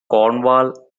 cornwall